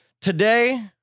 Today